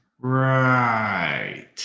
right